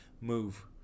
move